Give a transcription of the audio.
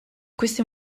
queste